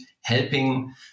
helping